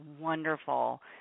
wonderful